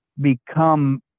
become